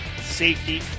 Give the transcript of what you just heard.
safety